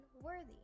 worthy